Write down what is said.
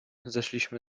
zeszliśmy